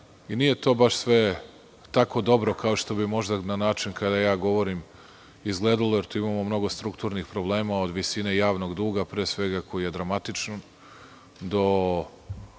Nije to baš sve tako dobro kao što bi možda na način kada ja govorim izgledalo jer tu imamo mnogo strukturnih problema, od visine javnog duga, pre svega, koji je dramatičan, do